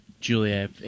Julia